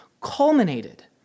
culminated